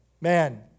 Man